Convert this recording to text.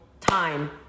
time